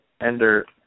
Ender